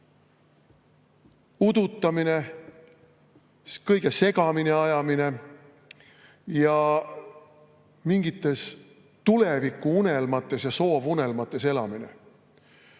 udutamine, kõige segamini ajamine ja mingites tulevikuunelmates ja soovunelmates elamine.